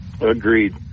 Agreed